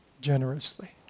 generously